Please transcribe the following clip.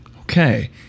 Okay